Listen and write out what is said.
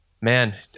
man